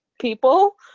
people